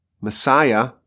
Messiah